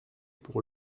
pour